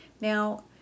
Now